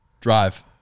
Drive